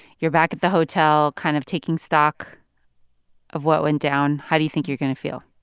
you're back at the hotel kind of taking stock of what went down. how do you think you're going to feel?